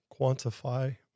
quantify